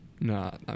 No